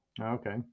Okay